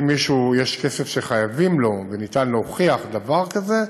אם יש כסף שחייבים למישהו וניתן להוכיח דבר כזה,